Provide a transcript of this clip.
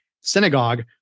synagogue